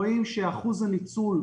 אנחנו רואים שאחוז הניצול,